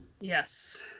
Yes